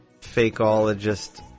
fakeologist